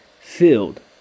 filled